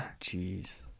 Jeez